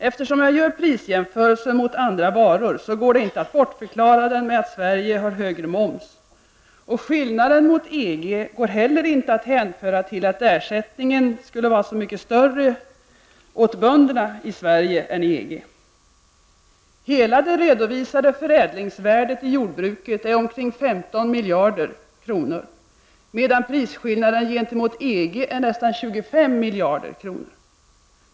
Eftersom jag gör prisjämförelsen mot andra varor, går det inte att bortförklara den med att Sverige har högre moms. Och skillnaden mot EG går heller inte att hänföra till att ersättningen åt bönderna skulle varit mycket större i Sverige än i EG. Hela det redovisade förädlingsvärdet i jordbruket är omkring 15 miljarder kronor, medan prisskillnaden gentemot EG är nästan 25 miljarder kronor.